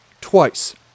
Twice